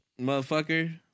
motherfucker